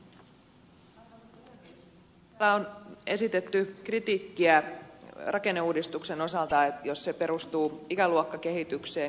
täällä on esitetty kritiikkiä rakenneuudistuksen osalta jos se perustuu ikäluokkakehitykseen